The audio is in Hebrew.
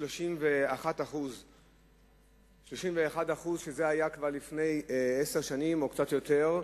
מ-31% שזה היה כבר לפני עשר שנים או קצת יותר,